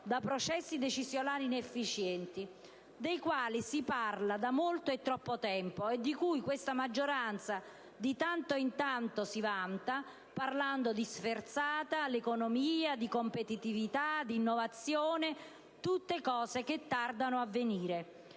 da processi decisionali inefficienti, dei quali si parla da molto, troppo tempo mentre la maggioranza, di tanto in tanto, si vanta parlando di sferzata all'economia, di competitività, di innovazione: tutte cose che tardano a venire.